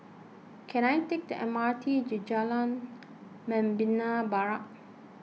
can I take the M R T to Jalan Membina Barat